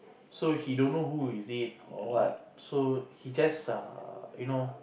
so he don't know who is it or what so he just err you know